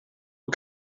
een